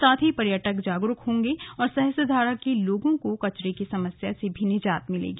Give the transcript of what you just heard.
साथ ही पर्यटक जागरूक होंगे और सहस्त्रधारा के लोगों को कचरे की समस्या से निजात मिलेगी